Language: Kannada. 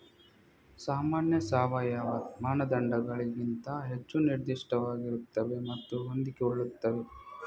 ಸಾಮಾನ್ಯ ಸಾವಯವ ಮಾನದಂಡಗಳಿಗಿಂತ ಹೆಚ್ಚು ನಿರ್ದಿಷ್ಟವಾಗಿರುತ್ತವೆ ಮತ್ತು ಹೊಂದಿಕೊಳ್ಳುತ್ತವೆ